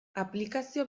aplikazio